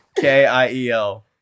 K-I-E-L